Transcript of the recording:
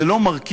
זה לא מרכיב?